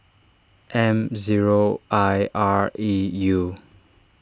M zero I R E U